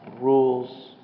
rules